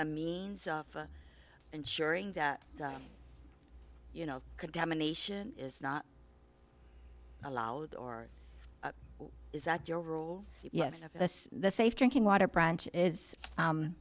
a means of ensuring that you know contamination is not allowed or is that your rule yes the safe drinking water branch is